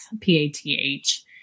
P-A-T-H